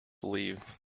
believe